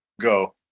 go